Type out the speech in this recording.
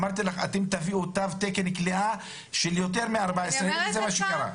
אמרתי לך אתם תביאו תו תקן כליאה של יותר מ-14,000 וזה מה שקרה.